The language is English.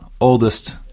oldest